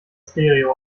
stereo